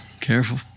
careful